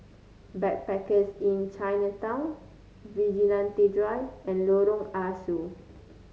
Backpackers Inn Chinatown Vigilante Drive and Lorong Ah Soo